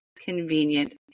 convenient